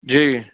जी